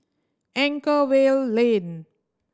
Anchorvale Lane